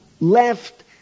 left